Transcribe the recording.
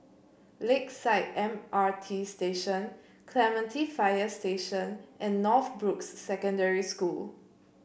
Lakeside M R T Station Clementi Fire Station and Northbrooks Secondary School